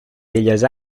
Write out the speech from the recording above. belles